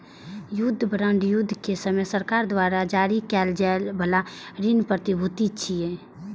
युद्ध बांड युद्ध के समय सरकार द्वारा जारी कैल जाइ बला ऋण प्रतिभूति छियै